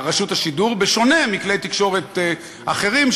בשונה מכלי תקשורת אחרים,